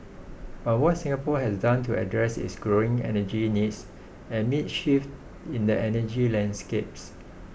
on what Singapore has done to address its growing energy needs amid shifts in the energy landscapes